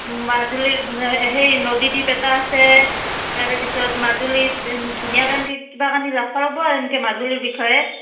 মাজুলীৰ সেই নদী দ্বীপ এটা আছে তাৰেপিছত মাজুলীত ধুনীয়াকৈ এনেকৈ কিবা কাৰণে লিখিব লাগিব আৰু এনেকৈ মাজুলীৰ বিষয়ে